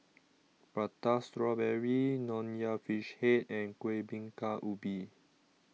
Prata Strawberry Nonya Fish Head and Kuih Bingka Ubi